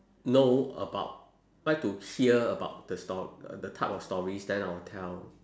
know about like to hear about the stor~ the type of stories then I'll tell